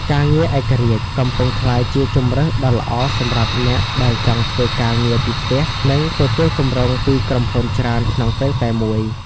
ការងារឯករាជ្យ កំពុងក្លាយជាជម្រើសដ៏ល្អសម្រាប់អ្នកដែលចង់ធ្វើការងារពីផ្ទះ និងទទួលគម្រោងពីក្រុមហ៊ុនច្រើនក្នុងពេលតែមួយ។